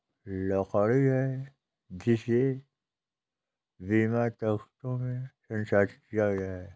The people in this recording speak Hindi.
लकड़ी है जिसे बीम, तख्तों में संसाधित किया गया है